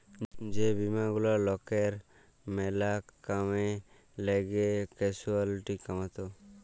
যে বীমা গুলা লকের ম্যালা কামে লাগ্যে ক্যাসুয়ালটি কমাত্যে